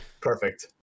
Perfect